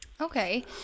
Okay